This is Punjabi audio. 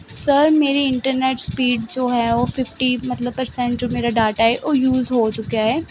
ਸਰ ਮੇਰੀ ਇੰਟਰਨੈੱਟ ਸਪੀਡ ਜੋ ਹੈ ਉਹ ਫਿਫਟੀ ਮਤਲਬ ਪਰਸੈਂਟ ਜੋ ਮੇਰਾ ਡਾਟਾ ਹੈ ਉਹ ਯੂਜ ਹੋ ਚੁੱਕਿਆ ਹੈ